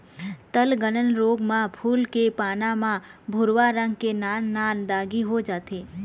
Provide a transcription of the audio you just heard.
तनगलन रोग म फूल के पाना म भूरवा रंग के नान नान दागी हो जाथे